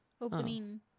opening